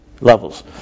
levels